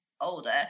older